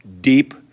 deep